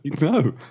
No